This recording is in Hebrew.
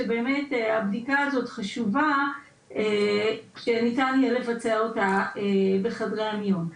שבאמת הבדיקה הזאת חשובה כשניתן יהיה לבצע אותה בחדרי המיון.